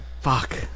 Fuck